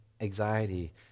anxiety